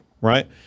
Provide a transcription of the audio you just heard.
right